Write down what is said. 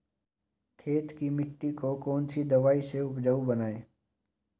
खेत की मिटी को कौन सी दवाई से उपजाऊ बनायें?